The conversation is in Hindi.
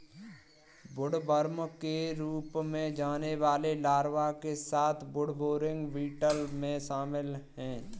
वुडवर्म के रूप में जाने वाले लार्वा के साथ वुडबोरिंग बीटल में शामिल हैं